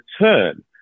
return